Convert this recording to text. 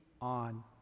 on